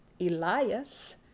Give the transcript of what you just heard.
Elias